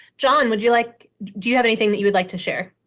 john, would you like do you have anything that you would like to share?